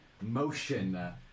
motion